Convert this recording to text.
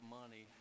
money